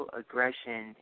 aggression